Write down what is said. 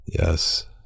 Yes